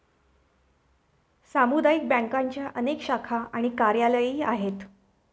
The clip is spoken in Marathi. सामुदायिक बँकांच्या अनेक शाखा आणि कार्यालयेही आहेत